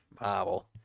Marvel